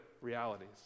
realities